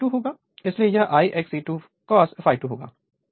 तो यह ∅2 होगा इसलिए यह I2 XE2 cos ∅2 होगा